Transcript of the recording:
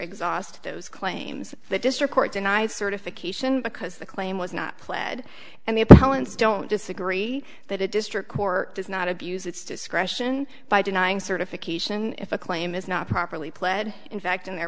exhaust those claims the district court denied certification because the claim was not pled and the appellant's don't disagree that it district court does not abuse its discretion by denying certification if a claim is not properly pled in fact in their